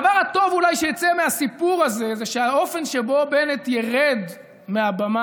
הדבר הטוב אולי שיצא מהסיפור הזה זה שהאופן שבו בנט ירד מהבמה,